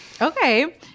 Okay